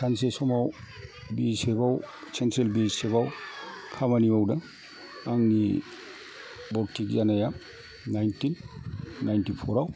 सानसे समाव central B S F आव खामानि मावदों आंनि भरथि जानाया नाइनथिन नाइनथि फर आव